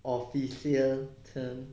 official camp